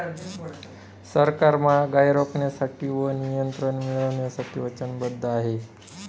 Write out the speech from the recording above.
सरकार महागाई रोखण्यासाठी व नियंत्रण मिळवण्यासाठी वचनबद्ध आहे